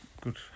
good